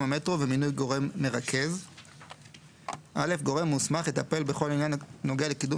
המטרו ומינוי גורם מרכז 50. (א)גורם מוסמך יטפל בכל עניין הנוגע לקידום